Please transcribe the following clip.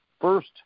first